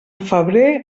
febrer